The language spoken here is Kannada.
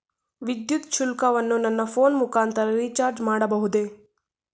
ವಿದ್ಯುತ್ ಶುಲ್ಕವನ್ನು ನನ್ನ ಫೋನ್ ಮುಖಾಂತರ ರಿಚಾರ್ಜ್ ಮಾಡಬಹುದೇ?